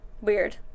weird